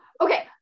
Okay